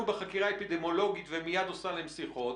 בחקירה אפידמיולוגית ומיד עושה להם שיחות,